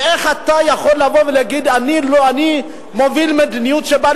ואתה יכול לבוא ולהגיד: אני מוביל מדיניות שבה,